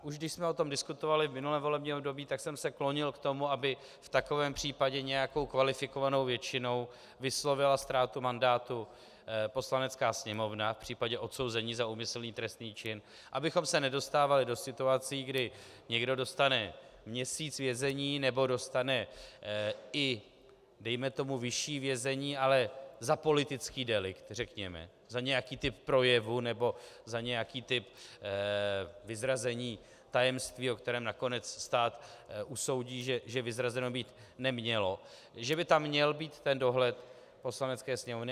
Už když jsme o tom diskutovali v minulém volebním období, tak jsem se klonil k tomu, aby v takovém případě nějakou kvalifikovanou většinou vyslovila ztrátu mandátu Poslanecká sněmovna v případě odsouzení za úmyslný trestný čin, abychom se nedostávali do situací, kdy někdo dostane měsíc vězení nebo dostane i dejme tomu vyšší vězení, ale za politický delikt, řekněme, za nějaký typ projevu nebo za nějaký typ vyzrazení tajemství, o kterém nakonec stát usoudí, že vyzrazeno být nemělo, že by tam měl být ten dohled Poslanecké sněmovny.